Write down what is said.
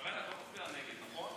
שרן, את לא מצביעה נגד, נכון?